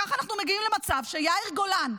כך אנחנו מגיעים למצב שיאיר גולן,